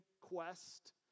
quest